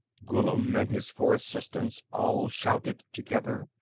ghullam and his four assistants all shouted together,